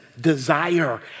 desire